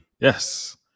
Yes